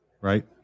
right